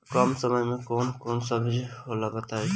कम समय में कौन कौन सब्जी होला बताई?